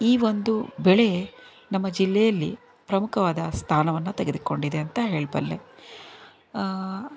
ಈ ಒಂದು ಬೆಳೆ ನಮ್ಮ ಜಿಲ್ಲೆಯಲ್ಲಿ ಪ್ರಮುಖವಾದ ಸ್ಥಾನವನ್ನು ತೆಗೆದುಕೊಂಡಿದೆ ಅಂತ ಹೇಳಬಲ್ಲೆ